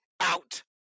Out